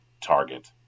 Target